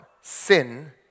Sin